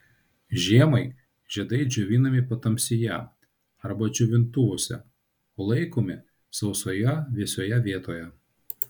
žiemai žiedai džiovinami patamsyje arba džiovintuvuose o laikomi sausoje vėsioje vietoje